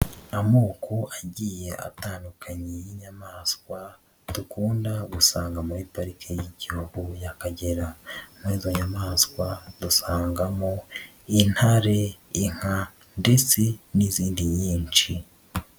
Amoko agiye atandukanye y'inyamaswa dukunda gusanga muri pariki y'Igihugu y'Akagera, muri izo nyamaswa dusangamo intare, inka ndetse n'izindi nyinshi.